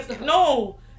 no